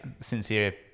sincere